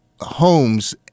homes